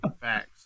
Facts